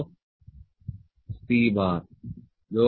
C